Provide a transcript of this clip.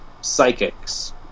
Psychics